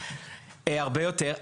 הרבה יותר.